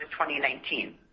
2019